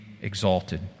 exalted